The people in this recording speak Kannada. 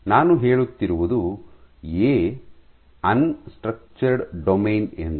ನಾನು ಹೇಳುತ್ತಿರುವುದು ಎ ಅನ್ ಸ್ಟ್ರಕ್ಚರ್ಡ್ ಡೊಮೇನ್ ಎಂದು